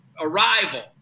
arrival